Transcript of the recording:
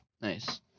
nice